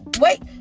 wait